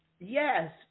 Yes